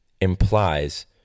implies